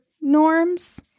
norms